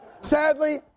Sadly